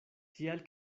tial